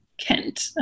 Kent